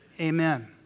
amen